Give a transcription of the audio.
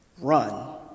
Run